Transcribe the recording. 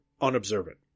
unobservant